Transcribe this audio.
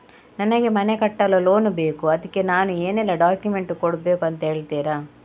ನನಗೆ ಮನೆ ಕಟ್ಟಲು ಲೋನ್ ಬೇಕು ಅದ್ಕೆ ನಾನು ಏನೆಲ್ಲ ಡಾಕ್ಯುಮೆಂಟ್ ಕೊಡ್ಬೇಕು ಅಂತ ಹೇಳ್ತೀರಾ?